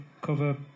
cover